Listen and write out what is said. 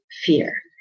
fear